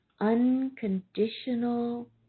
unconditional